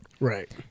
right